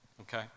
okay